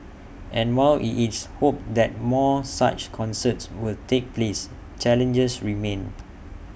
and while IT is hoped that more such concerts will take place challenges remain